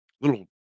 little